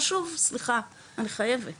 חשוב, סליחה, אני חייבת